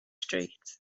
street